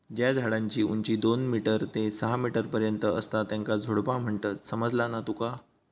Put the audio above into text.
ज्या झाडांची उंची दोन मीटर ते सहा मीटर पर्यंत असता त्येंका झुडपा म्हणतत, समझला ना तुका?